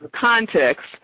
context